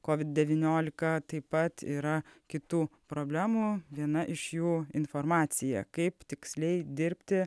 covid devyniolika taip pat yra kitų problemų viena iš jų informacija kaip tiksliai dirbti